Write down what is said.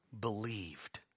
believed